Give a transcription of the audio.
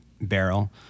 barrel